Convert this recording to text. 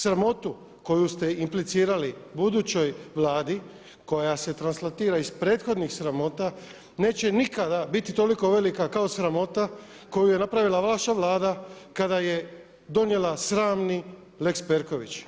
Sramotu koju ste implicirali budućoj Vladi koja se translatira iz prethodnih sramota neće nikada biti toliko velika kao sramota koju je napravila vaša Vlada kada je donijela sramni lex Perković.